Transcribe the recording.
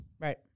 Right